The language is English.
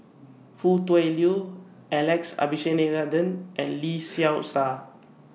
Foo Tui Liew Alex Abisheganaden and Lee Seow Ser